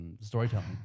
storytelling